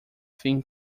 thin